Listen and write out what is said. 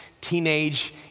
teenage